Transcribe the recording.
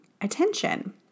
attention